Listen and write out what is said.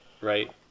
right